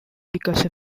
because